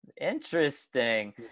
interesting